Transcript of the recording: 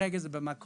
שכרגע זה במקום.